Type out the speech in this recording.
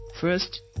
first